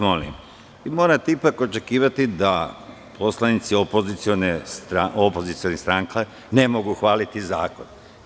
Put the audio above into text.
Molim vas, morate ipak očekivati da poslanici opozicione stranke ne mogu hvaliti zakon.